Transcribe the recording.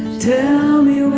tell me when